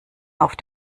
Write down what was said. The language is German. auf